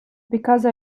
because